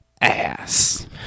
Ass